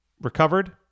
recovered